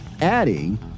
adding